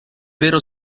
vero